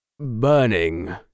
burning